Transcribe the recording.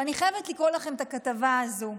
ואני חייבת לקרוא לכם את הכתבה הזו,